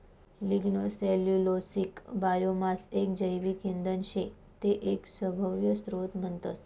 lignocellulosic biomass एक जैविक इंधन शे ते एक सभव्य स्त्रोत म्हणतस